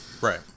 Right